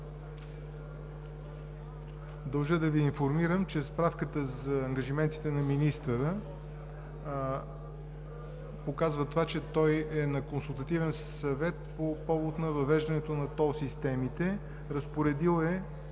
Дължа да Ви информирам, че справката за ангажиментите на министъра показва, че той е на Консултативен съвет по повод въвеждането на тол системите. Разпоредил е